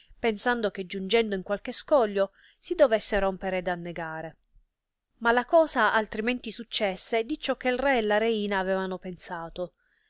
pensando che giungendo in qualche scoglio si dovesse rompere ed annegare ma la cosa altrimenti successe di ciò che re e la reina pensato